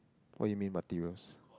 what you mean materials